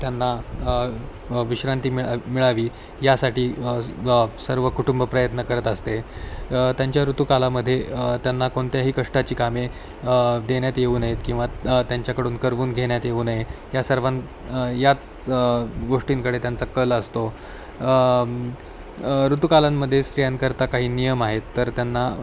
त्यांना विश्रांती मिळा मिळावी यासाठी सर्व कुटुंब प्रयत्न करत असते त्यांच्या ऋतूकालामध्ये त्यांना कोणत्याही कष्टाची कामे देण्यात येऊ नयेत किंवा त्यांच्याकडून करवून घेण्यात येऊ नये या सर्वां याच गोष्टींकडे त्यांचा कल असतो ऋतूकालांमध्ये स्त्रियांकरता काही नियम आहेत तर त्यांना